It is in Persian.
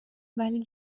ولی